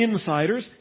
insiders